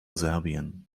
serbien